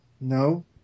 No